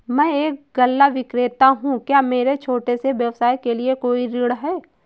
मैं एक गल्ला विक्रेता हूँ क्या मेरे छोटे से व्यवसाय के लिए कोई ऋण है?